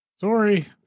Sorry